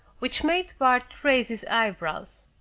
which made bart raise his eyebrows.